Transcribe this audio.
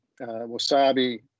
wasabi